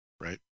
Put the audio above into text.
right